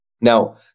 Now